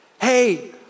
hey